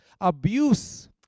abuse